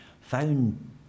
found